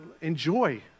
enjoy